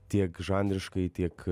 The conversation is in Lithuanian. tiek žanriškai tiek